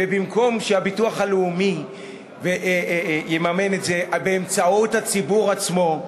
ובמקום שהביטוח הלאומי יממן את זה באמצעות הציבור עצמו,